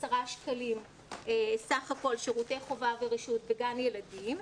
210 שקלים סך הכול שירותי חובה ורשות בגן ילדים,